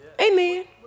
Amen